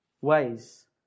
ways